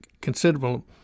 considerable